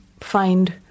find